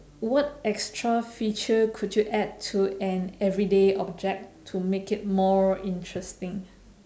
what extra feature could you add to an everyday object to make it more interesting